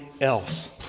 else